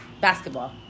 basketball